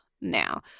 now